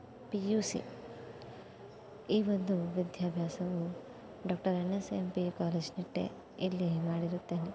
P U C ಈ ಒಂದು ವಿದ್ಯಾಭ್ಯಾಸವು doctor N S A M P U college Nitte ಇಲ್ಲಿ ಮಾಡಿರುತ್ತೇನೆ